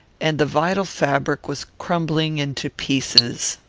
and the vital fabric was crumbling into pieces.